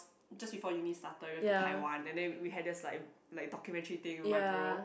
just before uni started we went to Taiwan and then we had this like like documentary thing with my bro